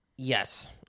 Yes